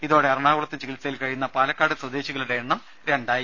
ഇതോടെ എറണാകുളത്ത് ചികിത്സയിൽ കഴിയുന്ന പാലക്കാട് സ്വദേശികളുടെ എണ്ണം രണ്ടായി